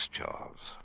Charles